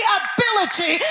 ability